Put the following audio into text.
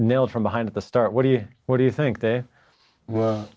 nailed from behind at the start what do you what do you think the